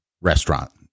restaurant